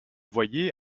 voyez